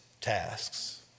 TASKS